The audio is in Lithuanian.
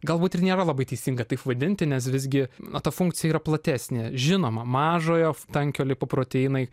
galbūt ir nėra labai teisinga taip vadinti nes visgi na ta funkcija yra platesnė žinoma mažojo tankio lipoproteinai